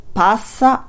passa